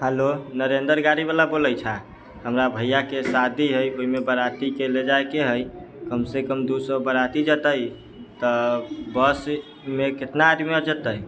hello Narender गाड़ी वला बोलै छा हमरा भैया के शादी है ओहिमे बाराती के ले जाइके है कम से कम दू सए बाराती जतै तऽ बस मे केतना आदमी आजतै